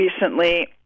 recently